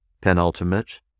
Penultimate